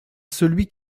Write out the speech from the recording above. celui